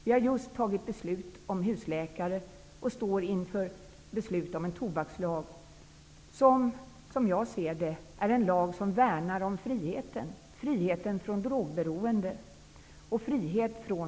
Vi har just fattat beslut om husläkare och står nu inför beslut om en tobakslag, som är en lag som värnar om friheten